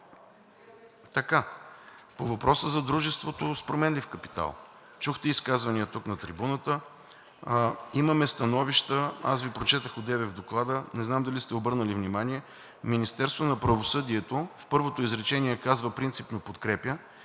По въпроса за дружеството с променлив капитал. Чухте изказвания тук на трибуната, имаме становища. Аз Ви прочетох одеве в Доклада, не знам зали сте обърнали внимание, Министерството на правосъдието в първото изречение казва „принципно подкрепя“